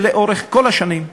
שלאורך כל השנים,